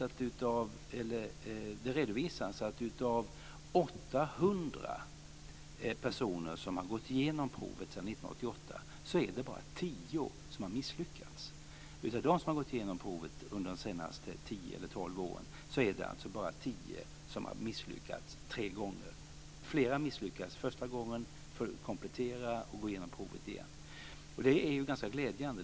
Det redovisas att av 800 personer som har gått igenom provet sedan 1988 är det bara tio som har misslyckats. Av dem som har gått igenom provet under de senaste tio-tolv åren är det alltså bara tio som har misslyckats tre gånger. Flera misslyckas första gången och får komplettera och gå igenom provet igen. Det är ganska glädjande.